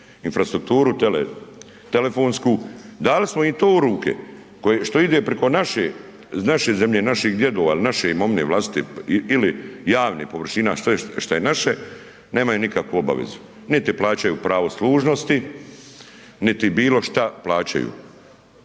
infrastrukturu tele, telefonsku, dali smo im to u ruke što ide priko naše, iz naše zemlje, naših djedova il naše imovine vlastite ili javni površina, sve šta je naše, nemaju nikakvu obavezu, niti plaćaju pravo služnosti, niti bilo šta plaćaju